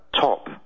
top